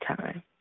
time